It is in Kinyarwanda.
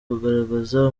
kugaragaza